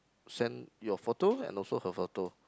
send your photo and also her photo